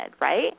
right